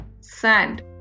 sand